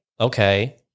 okay